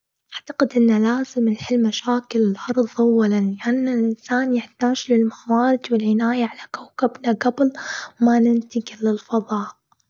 أعتقد إن لازم نحل مشاكل الارض أولاً، لأن الإنسان يحتاج للموارد والعناية على كوكبنا قبل ما ننتقل للفضاء.